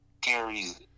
carries